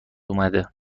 اومده